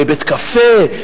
בבית-קפה.